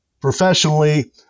professionally